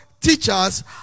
teachers